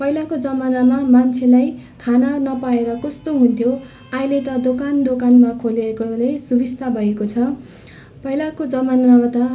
पहिलाको जमानामा मान्छेलाई खान नपाएर कस्तो हुन्थ्यो अहिले त दोकान दोकानमा खोलेकोले सुबिस्ता भएको छ पहिलाको जमानामा त